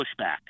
pushback